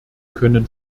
können